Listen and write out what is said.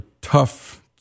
tough